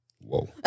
Whoa